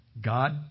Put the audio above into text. God